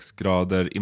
grader